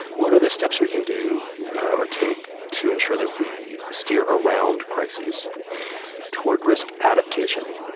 what are the steps we can do or take to ensure that we steer around crises toward risk adaptation,